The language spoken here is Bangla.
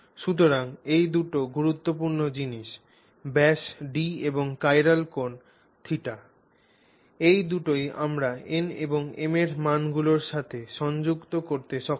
সুতরাং এই দুটি গুরুত্বপূর্ণ জিনিস ব্যাস D এবং চিরাল কোণ θ এই দুটিই আমরা n এবং m এর মানগুলির সাথে সংযুক্ত করতে সক্ষম